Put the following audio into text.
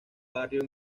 barrio